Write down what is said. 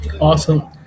Awesome